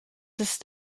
ist